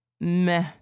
meh